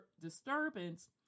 disturbance